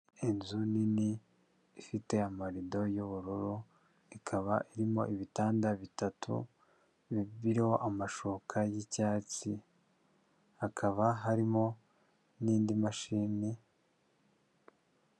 Inzu nini ifite amarido y'ubururu, ikaba irimo ibitanda bitatu bibiriho amashuka y'icyatsi hakaba harimo n'indi mashini.